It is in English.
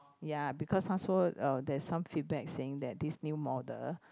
ya because 她说 uh there's some feedback saying that this new model